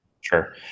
Sure